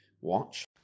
watch